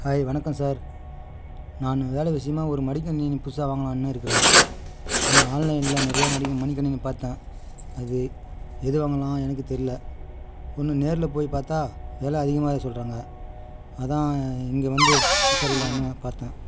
hi வணக்கம் sir நான் வேலை விஷயமாக ஒரு மடிக்கணினி புதுசாக வாங்கலாம்ன்னு இருக்கிறேன் ஒன்று ஆன்லைனில் நிறைய மடி மணிகனிணி பார்த்தேன் அது எது வாங்கலாம் எனக்கு தெரியலை ஒன்று நேரில் போய் பார்த்தா வெலை அதிகமாக சொல்கிறாங்க அதான் இங்கே வந்து விசாரிக்கலாம்ன்னு பார்த்தேன்